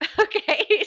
Okay